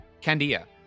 Candia